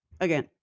Again